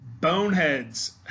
Boneheads